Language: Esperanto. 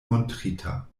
montrita